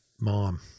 Mom